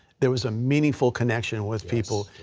there was a meaningful connection with people.